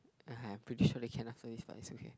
(uh huh) I'm pretty sure they can after this but is okay